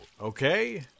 okay